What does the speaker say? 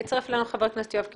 הצטרף אלינו חבר הכנסת יואב קיש.